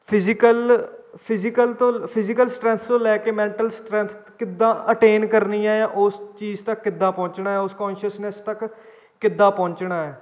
physical physical ਤੋਂ physical strength ਤੋਂ ਲੈ ਕੇ ਮੈਂਟਲ ਸਟਰੈਂਥ ਕਿੱਦਾਂ ਅਟੇਨ ਕਰਨੀ ਹੈ ਜਾਂ ਉਸ ਚੀਜ਼ ਤੱਕ ਕਿੱਦਾਂ ਪਹੁੰਚਣਾ ਉਸ ਕੋਨਸ਼ੀਅਸਨੈਸ ਤੱਕ ਕਿੱਦਾਂ ਪਹੁੰਚਣਾ ਹੈ